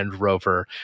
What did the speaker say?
Rover